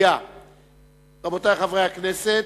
רבותי חברי הכנסת,